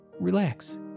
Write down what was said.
Relax